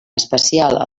especial